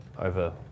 over